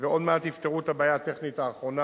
ועוד מעט יפתרו את הבעיה הטכנית האחרונה